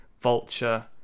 vulture